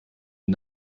die